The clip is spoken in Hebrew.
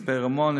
מצפה-רמון,